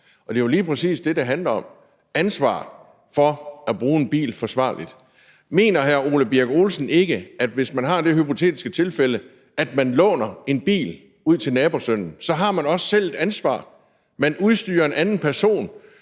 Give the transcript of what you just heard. og det er jo lige præcis det, det handler om – ansvar for at bruge en bil forsvarligt. Mener hr. Ole Birk Olesen ikke, at hvis man har det hypotetiske tilfælde, at man låner en bil ud til nabosønnen, så har man også selv et ansvar? Man udstyrer en anden person